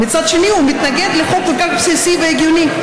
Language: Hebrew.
מדי שנה הן מקיימות אותו בארצות הברית.